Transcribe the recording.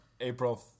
April